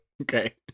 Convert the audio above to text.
Okay